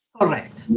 Correct